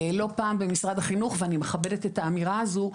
לא פעם במשרד החינוך ואני מכבדת את האמירה הזו,